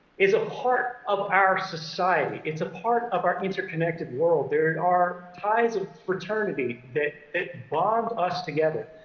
is a part of our society. it's a part of our interconnected world. there and are ties of fraternity that bond us together,